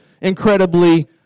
incredibly